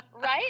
right